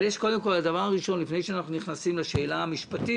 אבל יש קודם כל את הדבר הראשון לפני שאנחנו נכנסים לשאלה המשפטית,